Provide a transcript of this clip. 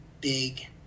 big